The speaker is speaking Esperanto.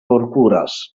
forkuras